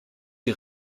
die